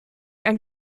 ein